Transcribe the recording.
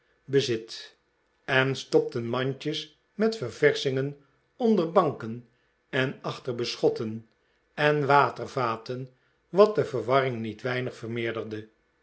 en stopten mandjes met ververschingen onder banken en achter beschotten en watervaten wat de verwarring niet weinig vermeerderde